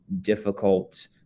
difficult